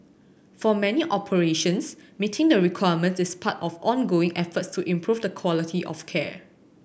for many operations meeting the requirements is part of ongoing efforts to improve the quality of care